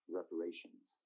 reparations